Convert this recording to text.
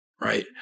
right